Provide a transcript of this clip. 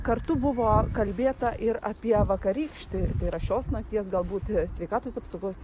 kartu buvo kalbėta ir apie vakarykštį tai yra šios nakties gal būt sveikatos apsaugos